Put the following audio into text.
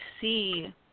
see